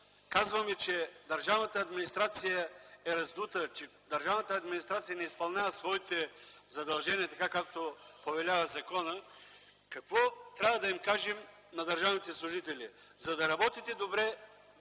казваме, че държавната администрация е раздута и не изпълнява своите задължения така, както повелява законът, какво трябва да кажем на държавните служители? „За да работите добре,